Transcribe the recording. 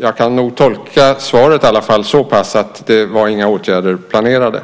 Jag kan nog tolka svaret så pass i alla fall att det inte var några åtgärder planerade.